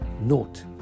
note